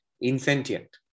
insentient